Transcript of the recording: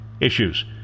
issues